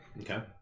Okay